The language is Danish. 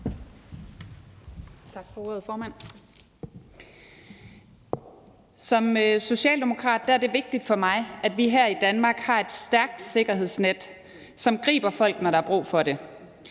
Som socialdemokrat er det vigtigt for mig, at vi her i Danmark har et stærkt sikkerhedsnet, som griber folk, når der er brug for det.